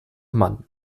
mann